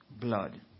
blood